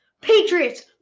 Patriots